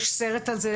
יש סרט על זה,